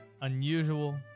Unusual